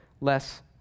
less